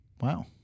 Wow